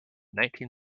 nineteen